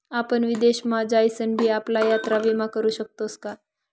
आपण विदेश मा जाईसन भी आपला यात्रा विमा करू शकतोस का?